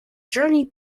journey